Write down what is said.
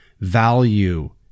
value